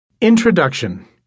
Introduction